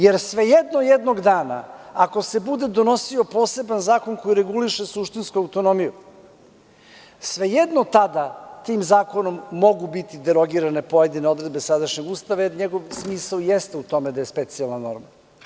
Jer, svejedno jednog dana, ako se bude donosio poseban zakon koji reguliše suštinsku autonomiju, svejedno tada tim zakonom mogu biti derogirane pojedine odredbe sadašnjeg Ustava, jer njegov smisao i jeste u tome da je specijalna norma.